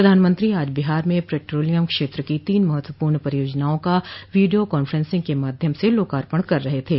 प्रधानमंत्री आज बिहार में पेट्रोलियम क्षेत्र की तीन महत्वपूर्ण परियोजनाओं का वीडियो कांफेंसिग के माध्यम से लोकार्पण कर रहे थे